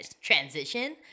transition